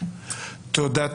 תודה.